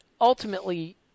ultimately